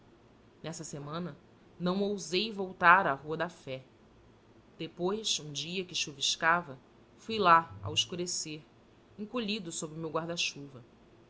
nessa semana não ousei voltar à rua da fé depois um dia que chuviscava fui lá ao escurecer encolhido sob o meu guarda-chuva